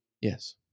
Yes